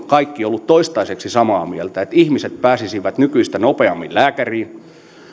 kaikki olleet toistaiseksi samaa mieltä että ihmiset pääsisivät nykyistä nopeammin lääkäriin